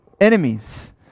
enemies